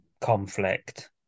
conflict